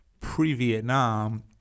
pre-Vietnam